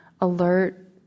alert